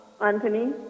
Anthony